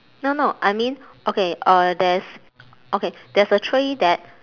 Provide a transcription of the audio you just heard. no no I mean okay uh there's okay there's a tray that